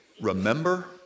Remember